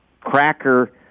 cracker